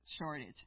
shortage